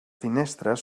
finestres